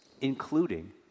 including